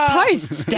posts